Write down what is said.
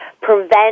prevent